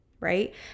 right